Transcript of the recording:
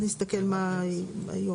לא,